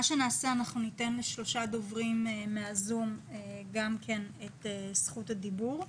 אנחנו ניתן לשלושה דוברים מה-זום את זכות הדיבור.